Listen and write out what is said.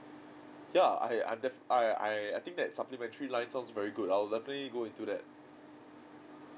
ya I I'm def~ I I I think that supplementary line sounds very good I'll definitely go into that